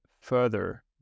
further